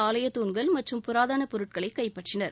ஆலயத் தூண்கள் மற்றும் புராதனப் பொருட்களை கைப்பற்றினர்